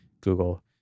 Google